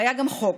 היה גם חוק,